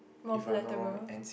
more palatable